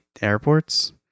airports